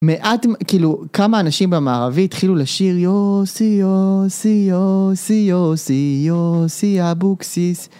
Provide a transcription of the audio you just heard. מעט כאילו כמה אנשים במערבי התחילו לשיר יו סי יו סי יו סי יו סי יו סי אבוקסיס